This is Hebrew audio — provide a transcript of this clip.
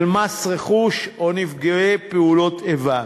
של מס רכוש או נפגעי פעולות איבה.